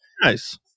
nice